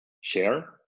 share